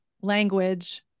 language